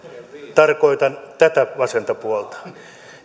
tarkoitan tätä vasenta puolta